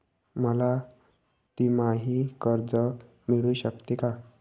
मला तिमाही कर्ज मिळू शकते का?